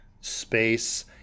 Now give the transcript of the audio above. space